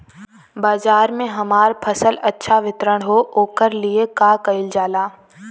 बाजार में हमार फसल अच्छा वितरण हो ओकर लिए का कइलजाला?